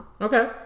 Okay